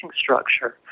structure